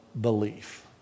belief